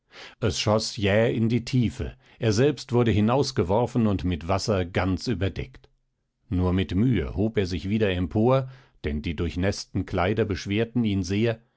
es schoß jäh in die tiefe er selbst wurde hinausgeworfen und mit wasser ganz überdeckt nur mit mühe hob er sich wieder empor denn die durchnäßten kleider beschwerten ihn sehr